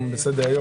סליחה.